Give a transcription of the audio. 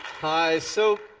hi. so,